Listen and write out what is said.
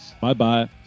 Bye-bye